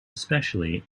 especially